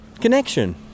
connection